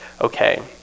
okay